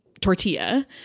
tortilla